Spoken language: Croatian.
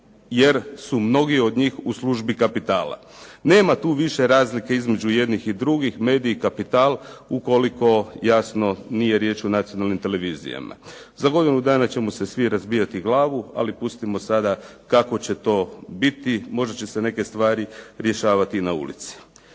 jer su mnogi od njih u službi kapitala. Nema tu više razlike između jednih i drugih, mediji, kapital, ukoliko jasno nije riječ o nacionalnim televizijama. Za godinu dana ćemo si svi razbijati glavu, ali pustimo sada kako će to biti. Možda će se neke stvari rješavati i na ulici.